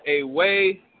away